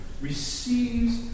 receives